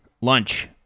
lunch